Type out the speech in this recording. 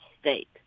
state